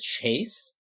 chase